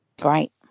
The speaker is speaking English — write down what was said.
Great